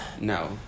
No